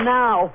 now